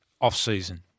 off-season